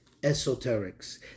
esoterics